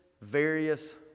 various